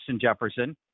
Jefferson